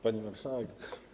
Pani Marszałek!